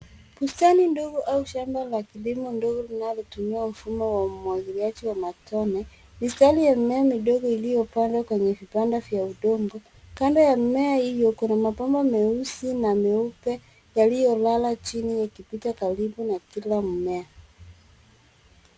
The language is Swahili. Bustani ndogo au shamba la kilimo ndogo linalotumia mfumo wa umwagiliaji wa matone. Mistari ya mimea midogo iliyopandwa kwenye vibanda vya udongo. Kando ya mimea hiyo, kuna mabomba meusi na meupe, yaliyolala chini, yakipita karibu na kila mmea.